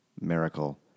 Miracle